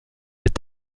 est